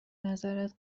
نظرت